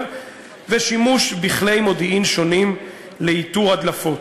ושימוש בכלי מודיעין שונים לאיתור הדלפות.